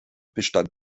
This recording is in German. bestand